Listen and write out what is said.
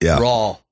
raw